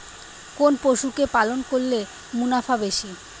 কোন পশু কে পালন করলে মুনাফা বেশি?